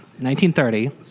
1930